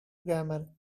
grammar